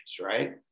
right